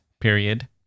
period